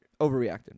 Overreacted